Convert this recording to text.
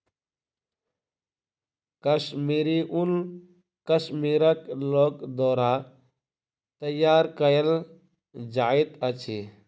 कश्मीरी ऊन कश्मीरक लोक द्वारा तैयार कयल जाइत अछि